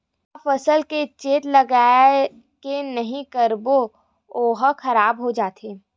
का फसल के चेत लगय के नहीं करबे ओहा खराब हो जाथे?